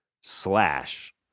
slash